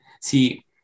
see